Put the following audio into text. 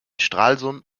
stralsund